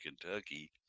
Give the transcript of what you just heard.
Kentucky